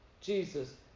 Jesus